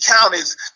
counties